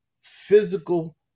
Physical